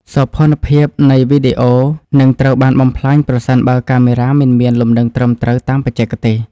សោភ័ណភាពនៃវីដេអូនឹងត្រូវបានបំផ្លាញប្រសិនបើកាមេរ៉ាមិនមានលំនឹងត្រឹមត្រូវតាមបច្ចេកទេស។